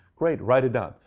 great. write it down.